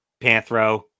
panthro